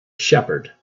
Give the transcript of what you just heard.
shepherd